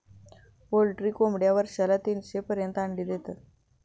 poultry कोंबड्या वर्षाला तीनशे पर्यंत अंडी देतात